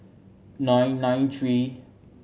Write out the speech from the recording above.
nine nine three